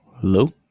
hello